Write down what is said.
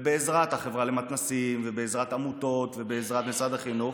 ובעזרת החברה למתנ"סים ובעזרת עמותות ומשרד החינוך,